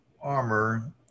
Armor